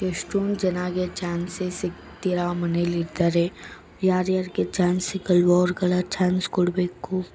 ಎಷ್ಟೊಂದು ಜನಕ್ಕೆ ಚಾನ್ಸೆ ಸಿಗ್ದಿರ ಮನೇಲಿರ್ತಾರೆ ಯಾರ್ಯಾರಿಗೆ ಚಾನ್ಸ್ ಸಿಗೋಲ್ವೊ ಅವ್ರಿಗೆಲ್ಲ ಚಾನ್ಸ್ ಕೊಡಬೇಕು